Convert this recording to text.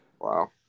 Wow